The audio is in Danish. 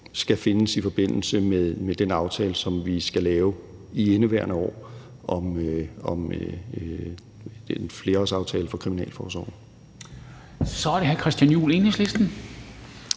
skal findes i forbindelse med den aftale, som vi skal lave i indeværende år om en flerårsaftale for Kriminalforsorgen. Kl. 16:49 Formanden